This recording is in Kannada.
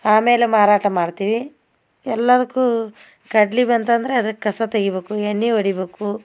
ಆಮೇಲೆ ಮಾರಾಟ ಮಾಡ್ತೀವಿ ಎಲ್ಲದಕ್ಕೂ ಕಡ್ಲೆ ಬಂತಂದರೆ ಅದಕ್ಕೆ ಕಸ ತೆಗಿಬೇಕು ಎಣ್ಣೆ ಹೊಡಿಬೇಕು